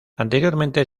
anteriormente